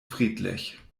friedlich